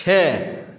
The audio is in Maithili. छै